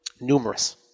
Numerous